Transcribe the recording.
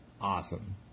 awesome